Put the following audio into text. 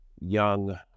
young